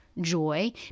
joy